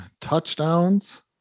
touchdowns